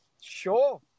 sure